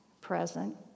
present